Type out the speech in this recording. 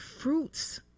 fruits